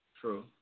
true